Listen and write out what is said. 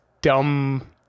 dumb